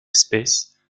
espèces